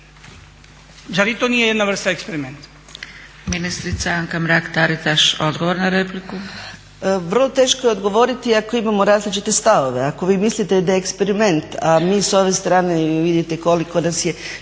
Zar i to nije jedna vrsta eksperimenta?